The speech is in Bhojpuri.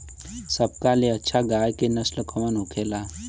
सबका ले अच्छा गाय के नस्ल कवन होखेला?